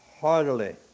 heartily